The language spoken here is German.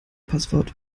passwort